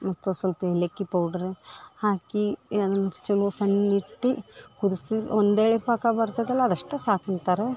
ಮತ್ತು ಸ್ವಲ್ಪ ಏಲಕ್ಕಿ ಪೌಡರ ಹಾಕಿ ಅದನ್ನ ಚಲೋ ಸಣ್ಣ ಇಟ್ಟಿ ಕುದಿಸಿ ಒಂದೆಳೆ ಪಾಕ ಬರ್ತದಲ್ಲಾ ಅದಷ್ಟ ಸಾಕು ಅಂತಾರ